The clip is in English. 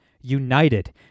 United